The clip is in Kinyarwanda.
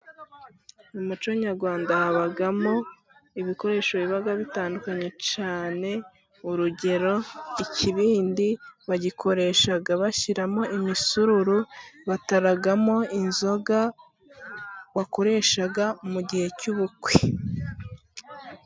Mu muco nyarwanda habamo ibikoresho biba bitandukanye cyane, urugero ikibindi, bagikoresha bashyiramo imisururu, bataramo inzoga wakoresha mu gihe cy'ubukwe.